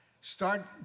Start